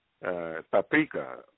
paprika